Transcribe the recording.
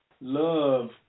love